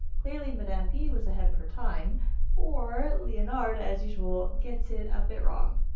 clearly madame p was ahead of her time or leonard, as usual, gets it a bit wrong.